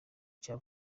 cya